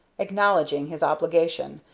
acknowledging his obligation,